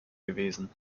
gewesen